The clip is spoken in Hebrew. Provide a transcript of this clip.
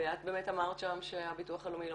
ואת באמת אמרת שם שהביטוח הלאומי לא